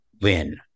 win